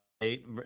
eight